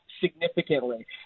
significantly